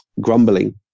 grumbling